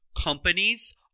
Companies